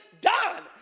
done